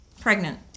pregnant